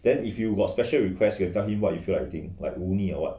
then if you got special request you can tell him what you feel like eating like woomi or what